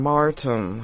Martin